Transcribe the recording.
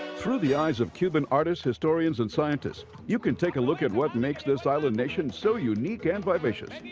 through the eyes of cuban artists, historians, and scientists, you can take a look at what makes this island nation so unique and vivacious.